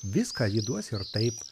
viską ji duos ir taip